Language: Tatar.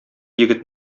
егет